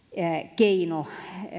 keino